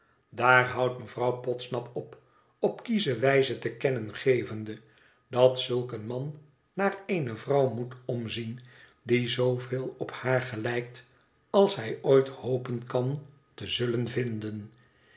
daar houdt mevrouw podsnap op op kiesche wijze te kennen gevende dat zulk een man naar eene vrouw moet omzien die zooveel op haar gelijkt als hij ooit hopen kan te zullen vinden